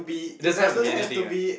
it doesn't have to be anything ah